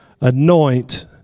anoint